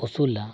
ᱩᱥᱩᱞᱟ